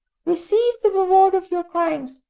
receive the reward of your crimes.